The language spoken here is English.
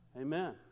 Amen